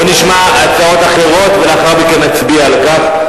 בוא נשמע הצעות אחרות, ולאחר מכן נצביע על כך.